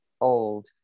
Old